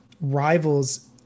Rivals